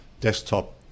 desktop